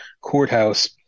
courthouse